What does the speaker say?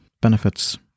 benefits